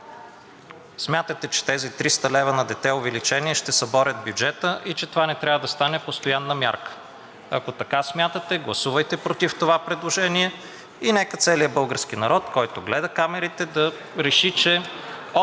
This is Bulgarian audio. Смятате, че тези 300 лв. увеличение на дете ще съборят бюджета и че това не трябва да стане постоянна мярка. Ако смятате така, гласувайте против това предложение и нека целият български народ, който гледа, да реши, че